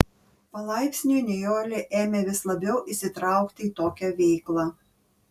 palaipsniui nijolė ėmė vis labiau įsitraukti į tokią veiklą